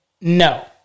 No